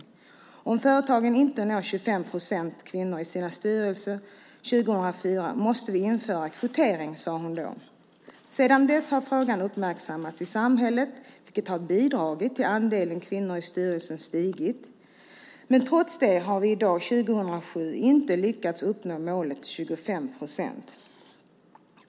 Hon sade då att om företagen inte når målet 25 procent kvinnor i sina styrelser 2004 måste vi införa kvotering. Sedan dess har frågan uppmärksammats i samhället, vilket bidragit till att andelen kvinnor i styrelser ökat. Trots det har vi i dag, 2007, inte lyckats uppnå målet 25 procent.